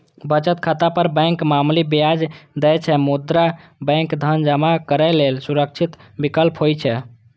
बचत खाता पर बैंक मामूली ब्याज दै छै, मुदा बैंक धन जमा करै लेल सुरक्षित विकल्प होइ छै